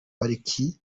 pariki